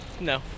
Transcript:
No